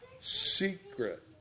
secret